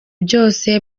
byose